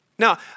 Now